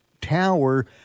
tower